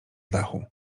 dachu